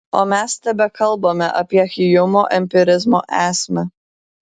o mes tebekalbame apie hjumo empirizmo esmę